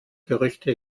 gerüchte